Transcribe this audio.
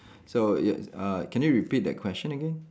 so ya uh can you repeat that question again